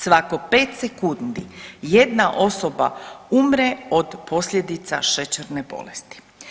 Svako 5 sekundi jedna osoba umre od posljedica šećerne bolesti.